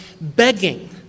begging